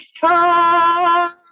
time